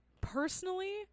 Personally